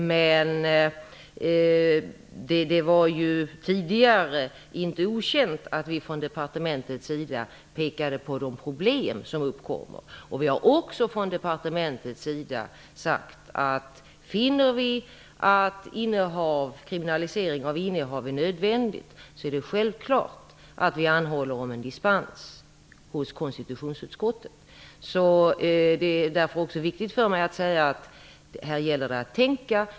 Men det var ju tidigare inte okänt att vi från departementets sida pekade på de problem som uppkommer. Vi har också från departementets sida sagt att om vi finner att kriminalisering av innehav är nödvändigt är det självklart att vi anhåller om dispens hos konstitutionsutskottet. Det är därför också viktigt för mig att få säga att här gäller det att tänka.